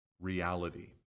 reality